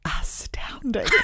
Astounding